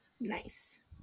Nice